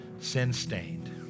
sin-stained